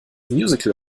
musical